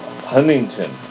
Huntington